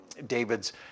David's